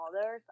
others